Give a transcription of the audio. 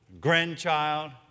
grandchild